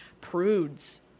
prudes